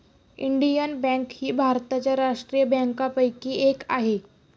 Indian Bank ही भारताच्या राष्ट्रीय बँकांपैकी एक आहे